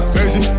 Crazy